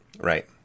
Right